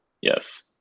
Yes